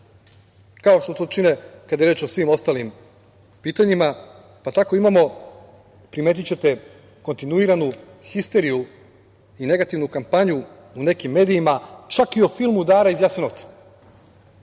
kao što to čine kada je reč o svim ostalim pitanjima. Tako imamo, primetićete, kontinuiranu histeriju i negativnu kampanju u nekim medijima čak i o filmu „Dara iz Jasenovca“.